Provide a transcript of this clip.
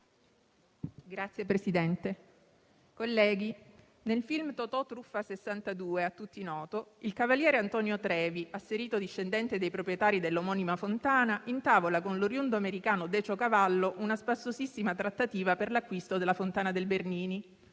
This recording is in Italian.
Signor Presidente, colleghi, nel film «Totòtruffa '62», a tutti noto, il cavaliere Antonio Trevi, asserito discendente dei proprietari dell'omonima fontana, intavola con l'oriundo-americano Decio Cavallo una spassosissima trattativa per l'acquisto della fontana del Bernini.